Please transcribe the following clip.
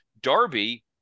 Darby